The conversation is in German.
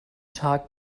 tag